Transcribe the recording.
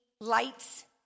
lights